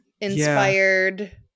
inspired